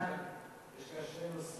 יש שתי ועדות,